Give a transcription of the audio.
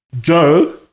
Joe